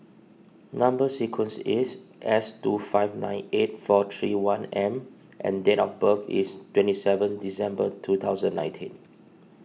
Number Sequence is S two five nine eight four three one M and date of birth is twenty seven December two thousand nineteen